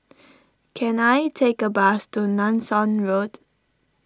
can I take a bus to Nanson Road